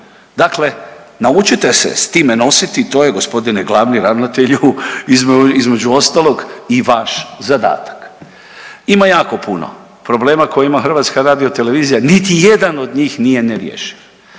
Dakle, naučite se s time nositi to je g. glavni ravnatelju između ostalog i vaš zadatak. Ima jako puno problema koji ima HRT niti jedan od njih nije nerješiv,